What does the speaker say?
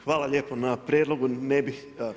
Hvala lijepo na prijedlogu, ne bih.